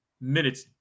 minutes